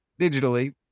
digitally